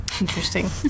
Interesting